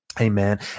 Amen